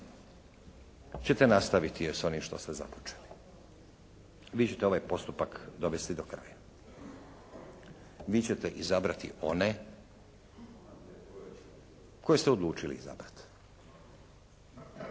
ćete nastaviti s onim što ste započeli. Vi ćete ovaj postupak dovesti do kraja. Vi ćete izabrati one koje ste odlučili izabrati.